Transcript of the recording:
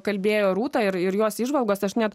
kalbėjo rūta ir ir jos įžvalgos aš net